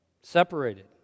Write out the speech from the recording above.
separated